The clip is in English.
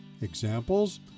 Examples